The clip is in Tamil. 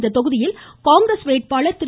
இத்தொகுதியில் காங்கிரஸ் வேட்பாளர் திரு